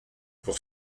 pour